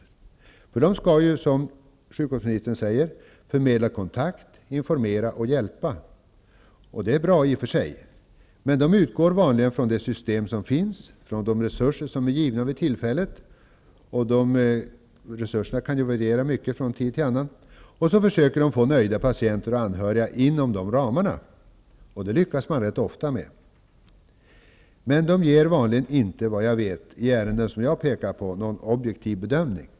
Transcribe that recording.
Förtroendenämnderna skall ju, som sjukvårdsministern säger, förmedla kontakt, informera och hjälpa. Det är i och för sig bra, men de utgår vanligen från det system som finns och de resurser som är givna vid tillfället -- och de resurserna kan variera mycket från tid till annan -- och försöker att få nöjda patienter och anhöriga inom de ramarna. Det lyckas de rätt ofta med. Men de gör vanligen inte, såvitt jag vet, någon objektiv bedömning i de ärenden jag har pekat på.